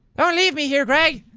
don't leave me here gregg.